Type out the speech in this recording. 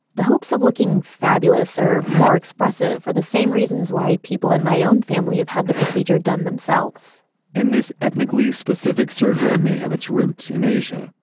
the hopes of looking fabulous or more expressive are the same reasons why people in my own family have had the procedure done themselves and this ethnically specific surgery may have its roots in asia,